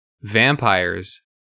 Vampires